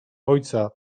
ojca